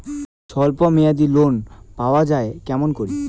স্বল্প মেয়াদি লোন পাওয়া যায় কেমন করি?